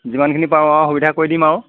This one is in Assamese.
যিমানখিনি পাৰোঁ আৰু সুবিধা কৰি দিম আৰু